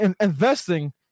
investing